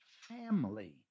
family